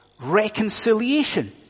reconciliation